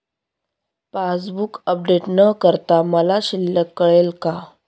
Passbook update न करता मला शिल्लक कळेल का?